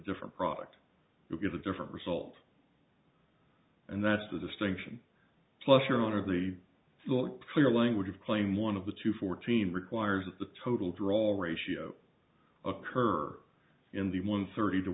different product you get a different result and that's the distinction plus you're under the clear language of claim one of the two fourteen requires that the total troll ratio occur in the one thirty to